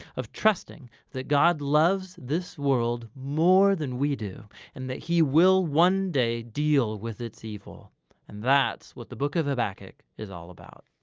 of trusting that god loves this world more than we do and that he will one day deal with its evil and that's what the book of habakkuk is all about.